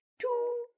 Two